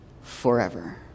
forever